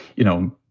you know,